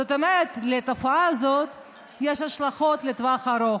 זאת אומרת, לתופעה הזאת יש השלכות לטווח הארוך,